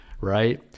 Right